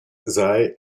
sei